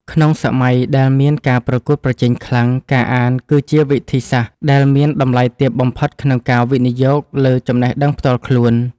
ក្នុងសម័យដែលមានការប្រកួតប្រជែងខ្លាំង ការអានគឺជាវិធីសាស្ត្រដែលមានតម្លៃទាបបំផុតក្នុងការវិនិយោគលើចំណេះដឹងផ្ទាល់ខ្លួន។